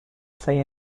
play